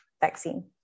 vaccine